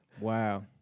Wow